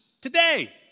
today